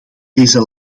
deze